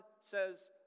says